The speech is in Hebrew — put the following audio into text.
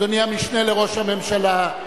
אדוני המשנה לראש הממשלה,